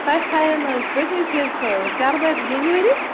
تۄہہِ تھایو نہٕ حظ پٔتۍمہِ پھیٖرِ سُہ شَربَتہِ بٔزوٗری